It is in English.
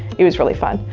it was really fun.